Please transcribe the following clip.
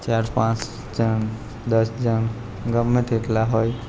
ચાર પાંચ જણ દસ જણ ગમે તેટલા હોય